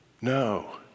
No